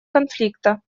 конфликта